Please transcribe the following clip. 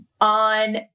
on